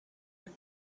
and